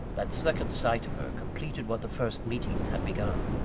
that second sight of her completed what the first meeting had begun.